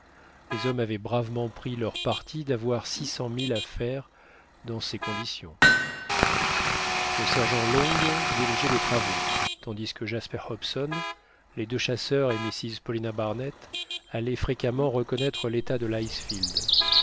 les hommes avaient bravement pris leur parti d'avoir six cents milles à faire dans ces conditions le sergent long dirigeait les travaux tandis que jasper hobson les deux chasseurs et mrs paulina barnett allaient fréquemment reconnaître l'état de l'icefield